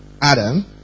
Adam